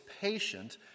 patient